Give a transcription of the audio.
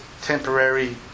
temporary